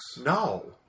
No